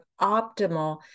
optimal